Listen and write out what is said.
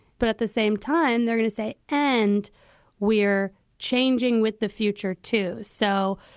but at the same time, they're going to say, and we're changing with the future, too. so,